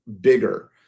bigger